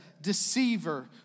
deceiver